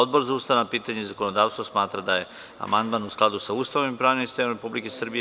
Odbor za ustavna pitanja i zakonodavstvo smatra da je amandman u skladu sa Ustavom i pravnim sistemom Republike Srbije.